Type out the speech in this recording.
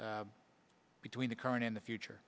between the current in the future